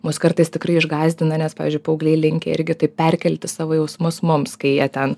mus kartais tikrai išgąsdina nes pavyzdžiui paaugliai linkę irgi taip perkelti savo jausmus mums kai jie ten